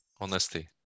Honesty